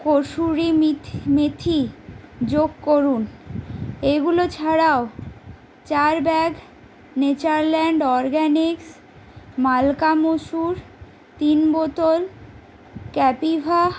কসুরি মিথি মেথি যোগ করুন এগুলো ছাড়াও চার ব্যাগ নেচারল্যান্ড অরগ্যানিক্স মালকা মসুর তিন বোতল ক্যাপিভা